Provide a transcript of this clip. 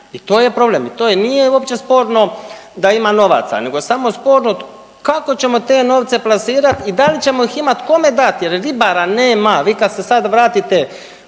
i to je problem i to je nije uopće sporno da ima novaca, nego je sporno kako ćemo te novce plasirati i da li ćemo ih imati kome dati jer ribara nema. Vi kad se sad vratite,